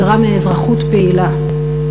הדרה מאזרחות פעילה,